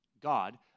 God